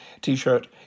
T-Shirt